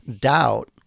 doubt